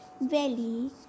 valley